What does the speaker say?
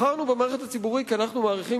בחרנו במערכת הציבורית כי אנחנו מעריכים